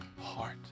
heart